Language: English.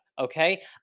okay